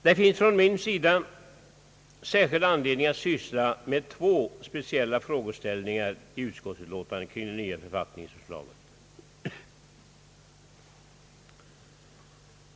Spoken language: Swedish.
Det finns för mig särskild anledning att syssla med två speciella frågor i ut skottsutlåtandet kring det nya författningsförslaget.